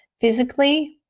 physically